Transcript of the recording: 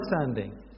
understanding